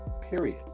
period